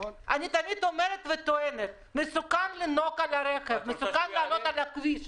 אני תמיד אומרת וטוענת שמסוכן לנהוג ברכב ולעלות על הכביש,